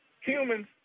humans